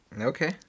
Okay